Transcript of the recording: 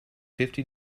fifty